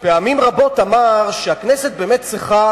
אמר פעמים רבות שהכנסת באמת צריכה,